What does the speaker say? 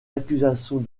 accusations